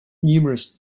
numerous